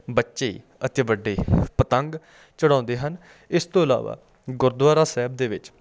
ਬੱਚੇ ਅਤੇ ਵੱਡੇ ਪਤੰਗ ਚੜਾਉਂਦੇ ਹਨ ਇਸ ਤੋਂ ਇਲਾਵਾ ਗੁਰਦੁਆਰਾ ਸਾਹਿਬ ਦੇ ਵਿੱਚ